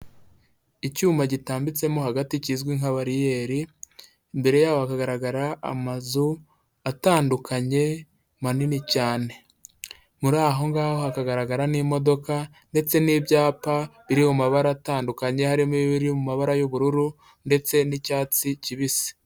Icyuma gitambitsemo hagati kizwi nka bariyeri, imbere yaho hakagaragara amazu atandukanye manini cyane, muri aho ngaho hakagaragara n'imodoka ndetse n'ibyapa biri mu mabara atandukanye harimo ibiri mu mabara y'ubururu ndetse n'icyatsi kibisi.